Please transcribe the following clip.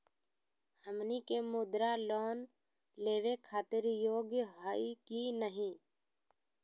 हमनी के मुद्रा लोन लेवे खातीर योग्य हई की नही?